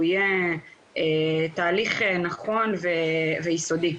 המחשוב ושהוא יהיה תהליך נכון ויסודי.